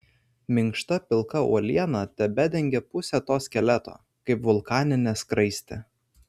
minkšta pilka uoliena tebedengė pusę to skeleto kaip vulkaninė skraistė